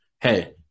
Hey